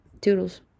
Toodles